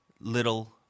little